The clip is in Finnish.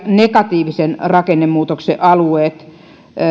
negatiivisen rakennemuutokset alueet